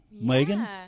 Megan